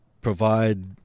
provide